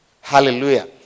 Hallelujah